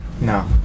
No